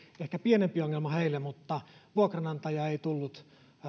ehkä pienempiä ongelmia heille mutta vuokranantaja ei tullut